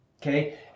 Okay